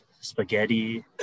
spaghetti